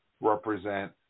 represent